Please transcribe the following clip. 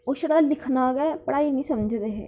ओह् छड़ा लिखना गै पढ़ाई निं समझदे हे